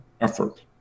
effort